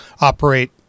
operate